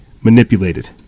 manipulated